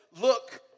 look